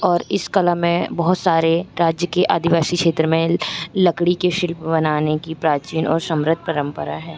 और इस कला में बहुत सारे राज्य के आदिवासी क्षेत्र में लकड़ी के शिल्प बनाने की प्राचीन और समृद्ध परंपरा है